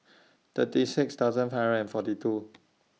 thirty six thousand five hundred and forty two